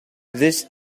this